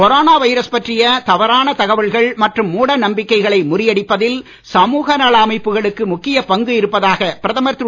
corona virus பற்றிய தவறான தகவல்கள் மற்றும் மூடநம்பிக்கைகளை முறியடிப்பதில் சமூக நல அமைப்புகளுக்கு முக்கிய பங்கு இருப்பதாக பிரதமர் திரு